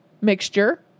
mixture